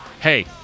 hey